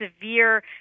severe